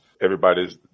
everybody's